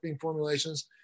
formulations